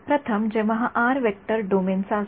प्रथम जेव्हा हा आर व्हेक्टर डोमेनचा असतो